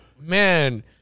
Man